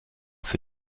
für